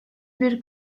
bir